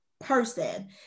person